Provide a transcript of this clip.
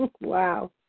Wow